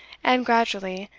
and gradually,